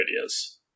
ideas